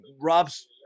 Rob's